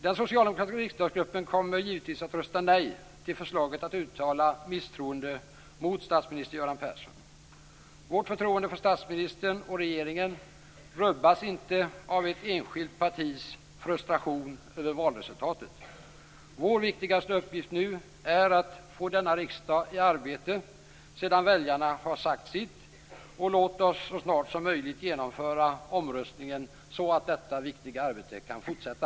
Den socialdemokratiska riksdagsgruppen kommer givetvis att rösta nej till förslaget att uttala misstroende mot statsminister Göran Persson. Vårt förtroende för statsministern och regeringen rubbas inte av ett enskilt partis frustration över valresultatet. Vår viktigaste uppgift nu är att få denna riksdag i arbete sedan väljarna har sagt sitt. Låt oss så snart som möjligt genomföra omröstningen, så att detta viktiga arbete kan fortsätta.